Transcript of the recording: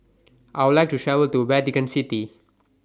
I Would like to travel to Vatican City